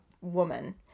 woman